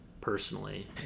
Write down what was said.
personally